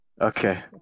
Okay